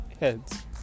heads